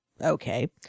Okay